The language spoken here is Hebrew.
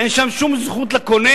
אין שם שום זכות לקונה.